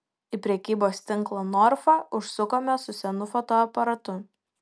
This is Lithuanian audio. į prekybos tinklą norfa užsukome su senu fotoaparatu